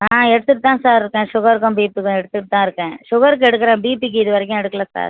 ஆ எடுத்துகிட்டு தான் சார் இருக்கேன் ஷுகருக்கும் பிபிக்கும் எடுத்துகிட்டு தான் இருக்கேன் ஷுகருக்கு எடுக்குகிறேன் பிபிக்கு இதுவரைக்கும் எடுக்கலை சார்